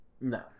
No